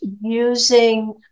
using